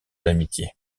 d’amitié